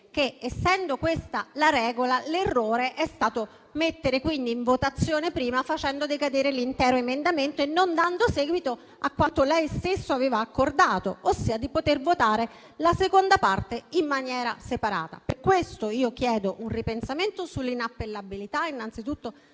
che, essendo questa la regola, l'errore è stato mettere in votazione prima, facendo decadere l'intero emendamento e non dando seguito a quanto lei stesso aveva accordato, ossia di poter votare la seconda parte in maniera separata. Per questo chiedo un ripensamento sull'inappellabilità innanzitutto